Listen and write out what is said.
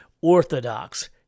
Orthodox